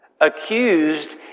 Accused